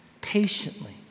patiently